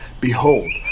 Behold